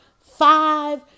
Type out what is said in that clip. five